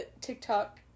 TikTok